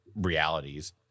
realities